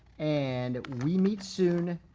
and we meet soon,